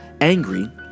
angry